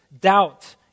doubt